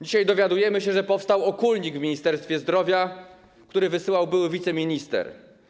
Dzisiaj dowiadujemy się, że powstał okólnik w Ministerstwie Zdrowia, który wysyłał były wiceminister.